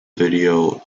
video